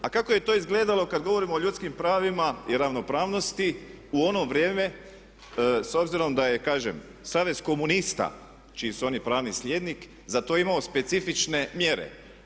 A kako je to izgledalo kad govorimo o ljudskim pravima i ravnopravnosti u ono vrijeme s obzirom da je kažem Savez komunista čiji su oni pravni sljednik za to imao specifične mjere.